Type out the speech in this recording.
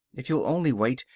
if you'll only wait.